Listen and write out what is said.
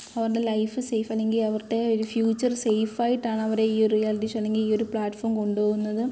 അവരുടെ life safe അല്ലെങ്കിൽ അവരുടെ ഒരു ഫ്യൂച്ചർ സേഫ് ആയിട്ടാണ് അവർ ഈ ഒരു റിയാലിറ്റി ഷോ അല്ലെങ്കിൽ ഈ ഒരു പ്ലാറ്റ്ഫോം കൊണ്ട് പോവുന്നത്